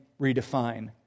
redefine